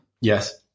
Yes